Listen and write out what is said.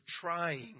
trying